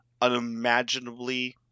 unimaginably